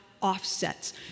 offsets